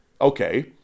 okay